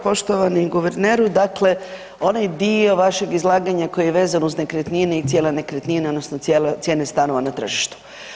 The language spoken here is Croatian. Poštovani guverneru, dakle onaj dio vašeg izlaganja koji je vezan uz nekretnine i cijene nekretnina odnosno cijene stanova na tržištu.